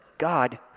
God